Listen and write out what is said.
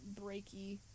breaky